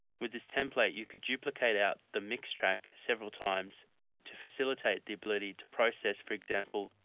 with this template, you could duplicate out the mix track several times to facilitate the ability to process, for example,